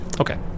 Okay